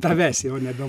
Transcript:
tavęs jau nebe